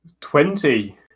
Twenty